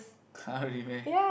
[huh] really meh